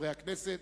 חברי הכנסת,